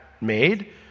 made